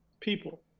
people